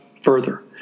further